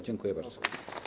Dziękuję bardzo.